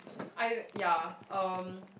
I ya um